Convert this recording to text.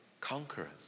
conquerors